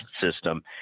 system